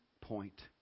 point